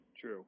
true